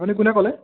আপুনি কোনে ক'লে